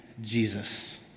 Jesus